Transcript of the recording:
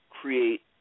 create